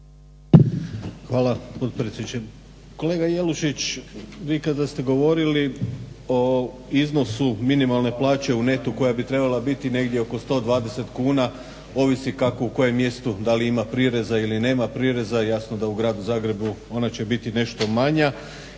Hvala potpredsjedniče. Kolega Jelušić, vi kada ste govorili o iznosu minimalne plaće u netu koja bi trebala biti negdje oko 120 kuna ovisi kako u kojem mjestu da li ima prireza ili nema prireza. Jasno da u gradu Zagrebu ona će biti nešto manja.